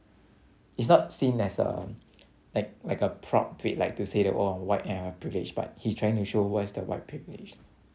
it's not seen as a like like a proud tweet like to say that oh I'm white and I have privilege but he's trying to show what is the white privilege